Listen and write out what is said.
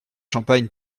champagne